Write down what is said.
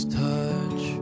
touch